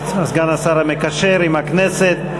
סגן השר המקשר עם הכנסת.